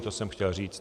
To jsem chtěl říct.